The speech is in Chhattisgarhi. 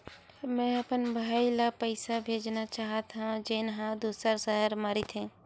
मेंहा अपन भाई ला पइसा भेजना चाहत हव, जेन हा दूसर शहर मा रहिथे